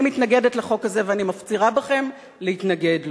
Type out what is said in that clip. אני מתנגדת לחוק הזה ואני מפצירה בכם להתנגד לו.